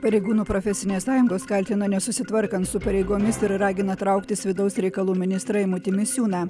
pareigūnų profesinės sąjungos kaltina nesusitvarkant su pareigomis ir ragina trauktis vidaus reikalų ministrą eimutį misiūną